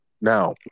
Now